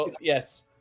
yes